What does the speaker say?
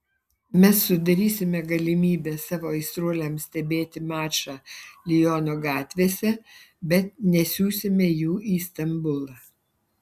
mes sudarysime galimybę savo aistruoliams stebėti mačą liono gatvėse bet nesiųsime jų į stambulą